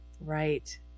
Right